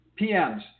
PMs